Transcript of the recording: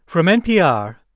from npr,